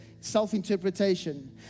self-interpretation